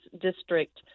district